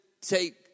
take